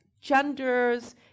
genders